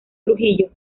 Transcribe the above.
trujillo